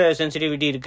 sensitivity